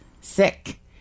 Sick